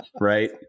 right